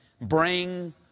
bring